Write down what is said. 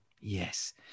Yes